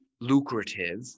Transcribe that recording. lucrative